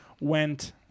went